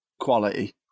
Quality